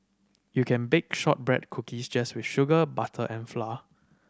you can bake shortbread cookies just with sugar butter and flour